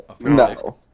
No